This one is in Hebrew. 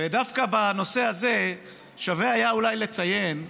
ודווקא בנושא הזה שווה היה אולי לציין,